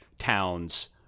towns